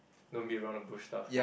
don't beat around the bush stuff